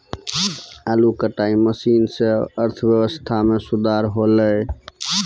आलू कटाई मसीन सें अर्थव्यवस्था म सुधार हौलय